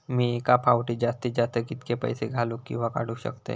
मी एका फाउटी जास्तीत जास्त कितके पैसे घालूक किवा काडूक शकतय?